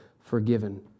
forgiven